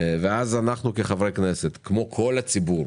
ואז אנחנו כחברי כנסת, כמו כל הציבור,